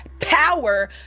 power